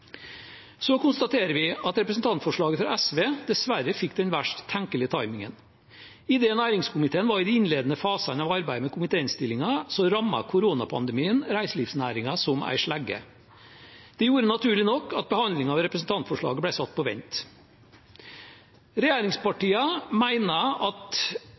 Så konstaterer vi at representantforslaget fra SV dessverre fikk den verst tenkelige timingen. Idet næringskomiteen var i de innledende fasene av arbeidet med komitéinnstillingen, rammet koronapandemien reiselivsnæringen som en slegge. Det gjorde naturlig nok at behandlingen av representantforslaget ble satt på vent. Regjeringspartiene mener at